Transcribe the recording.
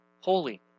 Holy